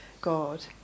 God